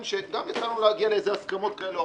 שיצא לנו להגיע להסכמות כאלה ואחרות.